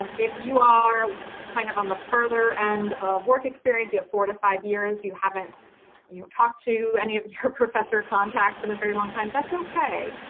and if you are kind of on the further end of work experience, you have four to five years, you haven't talked to any of your professor contacts in a very long time, that's okay.